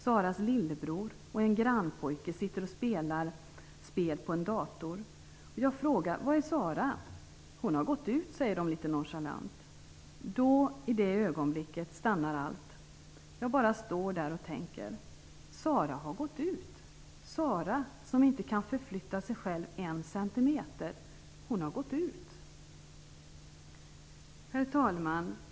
Saras lillebror och en grannpojke sitter och spelar spel på en dator. Jag frågar: Var är Sara? Hon har gått ut, säger de litet nonchalant. Då, i det ögonblicket, stannar allt. Jag bara står där och tänker: Sara har gått ut. Sara, som inte kan förflytta sig själv en centimeter, har gått ut. Herr talman!